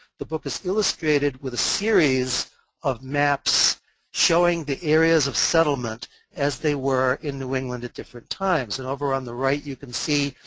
the book is illustrated with a series of maps showing the areas of settlement as they were in new england at different times. and over on the right you can see